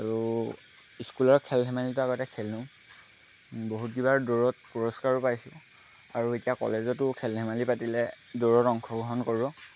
আৰু স্কুলৰ খেল ধেমালিতো আগতে খেলোঁ বহুতকেইবাৰ দৌৰত পুৰস্কাৰো পাইছোঁ আৰু এতিয়া কলেজতো খেল ধেমালি পাতিলে দৌৰত অংশগ্ৰহণ কৰোঁ